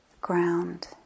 ground